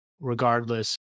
regardless